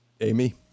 Amy